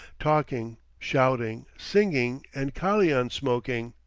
talking, shouting, singing, and kalian-smoking,